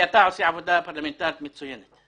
עושה עבודה פרלמנטרית מצוינת.